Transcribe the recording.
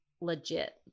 legit